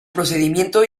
procedimiento